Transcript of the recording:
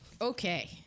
Okay